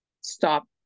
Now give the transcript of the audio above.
stop